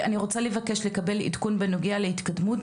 אני רוצה לבקש לקבל עדכון בנוגע להתקדמות